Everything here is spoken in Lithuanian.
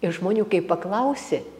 ir žmonių kai paklausi